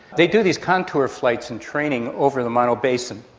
they do these contour flights in training over the mono basin.